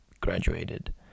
graduated